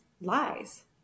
lies